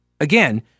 Again